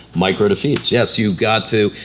micro defeats. yes, you've got to,